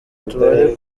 tubare